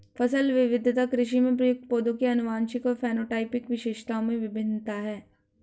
फसल विविधता कृषि में प्रयुक्त पौधों की आनुवंशिक और फेनोटाइपिक विशेषताओं में भिन्नता है